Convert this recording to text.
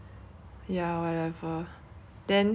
err she wanted to go there also lah my friend